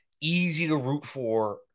easy-to-root-for